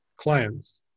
clients